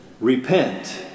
repent